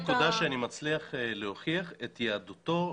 עד לנקודה שאני מצליח להוכיח את יהדותו,